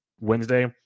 Wednesday